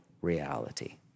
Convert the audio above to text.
reality